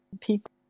people